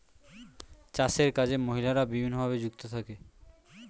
চাষের কাজে মহিলারা বিভিন্নভাবে যুক্ত থাকে